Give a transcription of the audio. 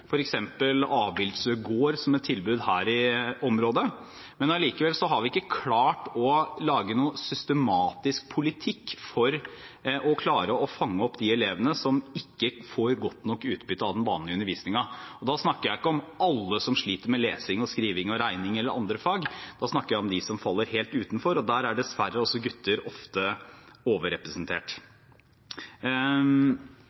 gård, som er et tilbud her i området. Men allikevel har vi ikke klart å lage noe systematisk politikk for å klare å fange opp de elevene som ikke får godt nok utbytte av den vanlige undervisningen. Og da snakker jeg ikke om alle som sliter med lesing, skriving, regning eller andre fag, da snakker jeg om dem som faller helt utenfor, og også der er dessverre gutter ofte overrepresentert.